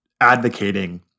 advocating